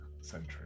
century